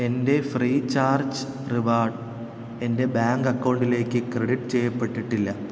എന്റെ Freecharge reward എന്റെ bank അക്കൗണ്ടിലേക്ക് ക്രെഡിറ്റ് ചെയ്യപ്പെട്ടിട്ടില്ല